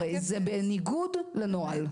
זה בניגוד לנוהל.